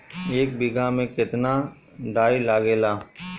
एक बिगहा में केतना डाई लागेला?